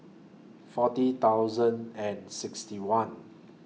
forty thousand and sixty one